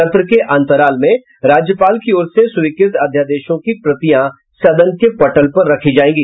सत्र के अन्तराल में राज्यपाल की ओर से स्वीकृत अध्यादेशों की प्रतियां सदन के पटल पर रखी जायेंगी